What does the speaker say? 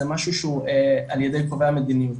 זה משהו שהוא ע"י קובעי המדיניות.